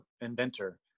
inventor